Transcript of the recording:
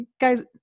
guys